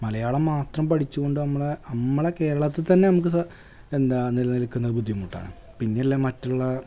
മലയാളം മാത്രം പഠിച്ചു കൊണ്ടു നമ്മുടെ നമ്മളുടെ കേരളത്തിൽത്തന്നെ നമുക്ക് ത എന്താ നിലനിൽക്കുന്നത് ബുദ്ധിമുട്ടാണ് പിന്നല്ലെ മറ്റുള്ള